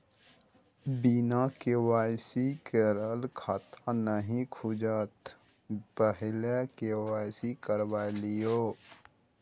बिना के.वाई.सी केर खाता नहि खुजत, पहिने के.वाई.सी करवा लिअ